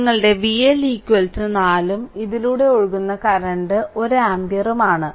നിങ്ങളുടെ VL 4 ഉം ഇതിലൂടെ ഒഴുകുന്ന കറന്റും 1 ആമ്പിയർ ആണ്